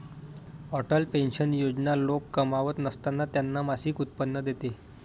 Atal pension Yojana लोक कमावत नसताना त्यांना मासिक उत्पन्न देते